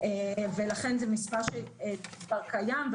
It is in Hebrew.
ולכן זה כבר קיים,